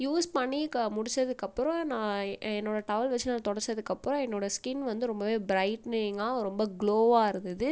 use பண்ணி முடிச்சதுக்கப்புறோம் நான் என்னோட டவல் வச்சு நான் தொடைச்சதுக்கப்பறோம் என்னோட ஸ்கின் வந்து ரொம்பவே பிரைட்னிங்காக ரொம்ப குளோவாயிருந்துது